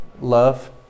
love